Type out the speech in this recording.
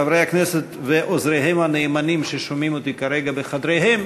חברי הכנסת ועוזריהם הנאמנים ששומעים אותי כרגע בחדריהם,